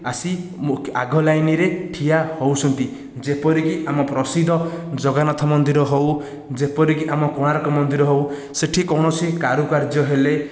ଆସି ଆଗ ଲାଇନ୍ରେ ଠିଆ ହେଉଛନ୍ତି ଯେପରିକି ଆମ ପ୍ରସିଦ୍ଧ ଜଗନ୍ନାଥ ମନ୍ଦିର ହେଉ ଯେପରିକି ଆମ କୋଣାର୍କ ମନ୍ଦିର ହେଉ ସେଠି କୌଣସି କାରୁକାର୍ଯ୍ୟ ହେଲେ